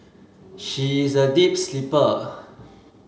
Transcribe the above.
she is a deep sleeper